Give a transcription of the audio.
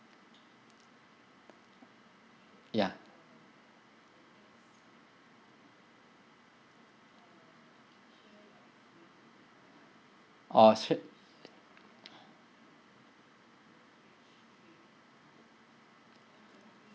ya oh shit